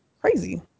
crazy